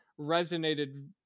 resonated